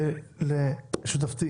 ולשותפתי